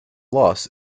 loss